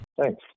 Thanks